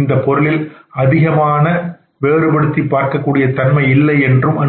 இந்தப் பொருளில் அதிகமான வேறுபடுத்தி பார்க்கக்கூடிய தன்மை இல்லை என்றும்